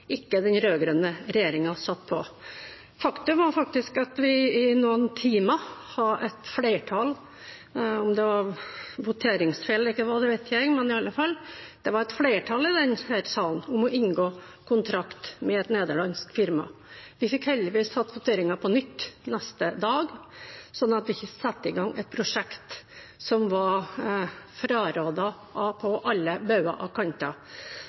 Faktisk hadde vi i noen timer et flertall – om det var voteringsfeil eller hva det var, vet jeg ikke, men det var i alle fall et flertall i denne salen for å inngå kontrakt med et nederlandsk firma. Vi fikk heldigvis tatt voteringen på nytt neste dag, slik at vi ikke satte i gang et prosjekt som var frarådet på alle